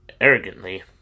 arrogantly